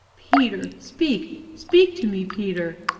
peter speak speak to me, peter!